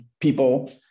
people